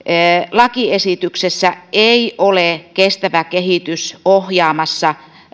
lakiesityksessä ei ole kestävä kehitys ohjaamassa